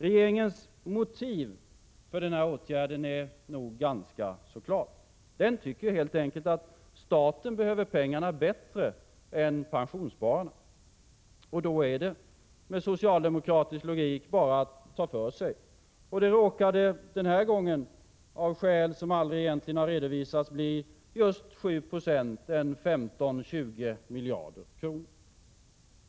Regeringens motiv för den här åtgärden är nog ganska klar. Den tycker helt enkelt att staten behöver pengarna bättre än pensionsspararna. Och då är det, med socialdemokratisk logik, bara att ta för sig. Det råkade den här gången, av skäl som egentligen aldrig har redovisats, bli just 7 Zo, 15-20 miljarder kronor.